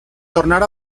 tornar